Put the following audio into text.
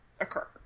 occur